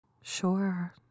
Sure